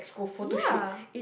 ya